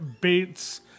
Bates